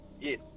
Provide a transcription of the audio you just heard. Yes